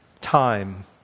time